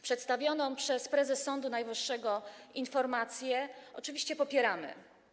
Przedstawioną przez prezes Sądu Najwyższego informację oczywiście popieramy.